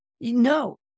No